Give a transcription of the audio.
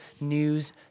news